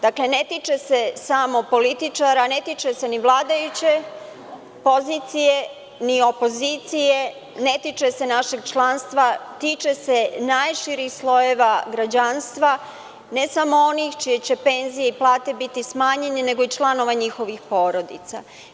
Dakle, ne tiče se samo političara, ne tiče se ni vladajuće pozicije, ni opozicije, ne tiče se našeg članstva, tiče se najširih slojeva građanstva, ne samo onih čije će penzije i plate biti smanjene, nego i članova njihovih porodica.